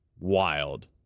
wild